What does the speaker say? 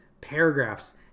paragraphs